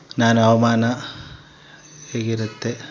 ನಾನು ಹವ್ಮಾನ ಹೇಗಿರುತ್ತೆ